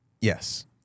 Yes